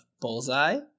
Bullseye